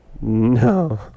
No